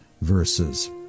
Verses